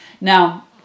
Now